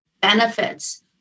benefits